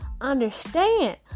understand